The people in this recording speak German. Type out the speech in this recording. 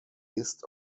ist